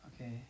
Okay